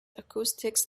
acoustics